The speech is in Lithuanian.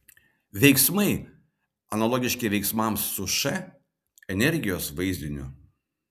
veiksmai analogiški veiksmams su š energijos vaizdiniu